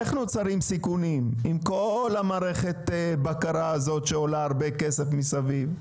איך נוצרים סיכונים עם כל המערכת בקרה הזאת שעולה הרבה כסף מסביב?